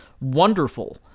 wonderful